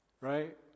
Right